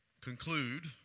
conclude